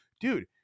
dude